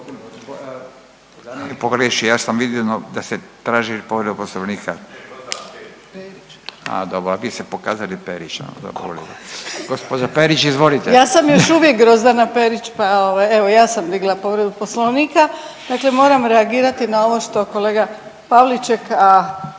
Perić, izvolite. **Perić, Grozdana (HDZ)** Ja sam još uvijek Grozdana Perić, pa evo ja sam digla povredu Poslovnika. Dakle, moram reagirati na ovo što kolega Pavliček,